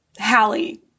Hallie